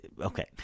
okay